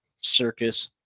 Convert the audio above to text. circus